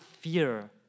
fear